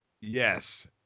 Yes